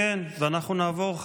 ואנחנו נעבור,